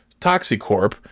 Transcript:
Toxicorp